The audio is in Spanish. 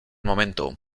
momento